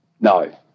No